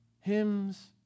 hymns